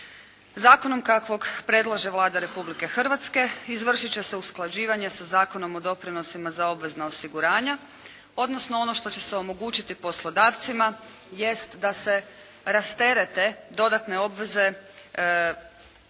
Zakonom kakvog predlaže Vlada Republike Hrvatske izvršit će se usklađivanje sa Zakonom o doprinosima za obvezna osiguranja odnosno ono što će se omogućiti poslodavcima jest da se rasterete dodatne obveze nepotrebnog